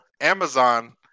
Amazon